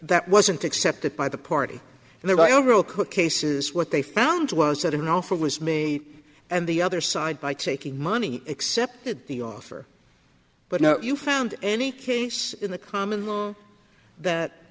that wasn't accepted by the party and thereby overall cook cases what they found was that an offer was made and the other side by taking money accepted the offer but now you found any case in the common law that